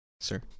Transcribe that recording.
Sir